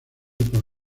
por